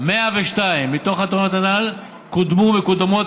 102 מתוך התוכניות הנ"ל קודמו ומקודמות